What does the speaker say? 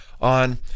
on